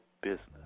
business